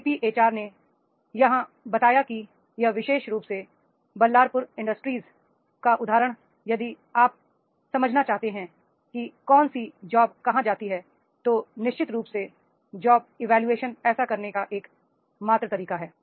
VP HR ने यहां बताया कि यह विशेषरूप से बल्लारपुर इंडस्ट्रीज का उदाहरण यदि आप समझना चाहते हैं कि कौन सी जॉब कहाँ जाती है तो निश्चित रूप से जॉब इवोल्यूशन ऐसा करने का एकमात्र तरीका है